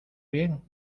bien